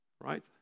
right